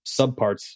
subparts